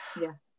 Yes